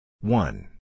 One